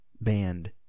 band